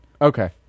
Okay